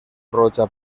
roja